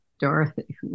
Dorothy